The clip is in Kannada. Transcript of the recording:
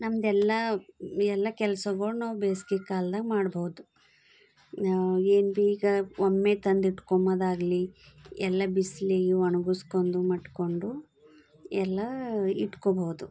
ನಮ್ದೆಲ್ಲ ಎಲ್ಲ ಕೆಲ್ಸಗಳ್ ನಾವು ಬೇಸ್ಗೆ ಕಾಲ್ದಾಗ ಮಾಡ್ಬೌದು ಏನು ಬಿ ಈಗ ಒಮ್ಮೆ ತಂದಿಟ್ಕೊಮೊದಾಗ್ಲಿ ಎಲ್ಲ ಬಿಸ್ಲಿಗೆ ಒಣಗಿಸ್ಕೊಂಡು ಮಟ್ಕೊಂಡು ಎಲ್ಲ ಇಟ್ಕೊಬೌದು